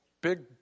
Big